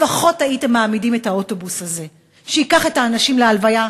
לפחות הייתם מעמידים את האוטובוס הזה שייקח את האנשים להלוויה,